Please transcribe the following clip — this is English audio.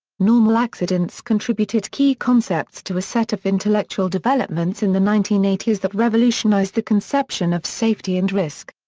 normal accidents contributed key concepts to a set of intellectual developments in the nineteen eighty s that revolutionized the conception of safety and risk.